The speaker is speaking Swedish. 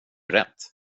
rätt